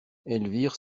elvire